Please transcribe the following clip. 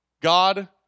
God